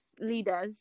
leaders